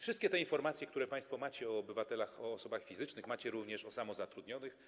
Wszystkie informacje, które państwo macie o obywatelach, o osobach fizycznych, macie również o samozatrudnionych.